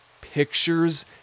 pictures